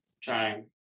trying